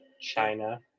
China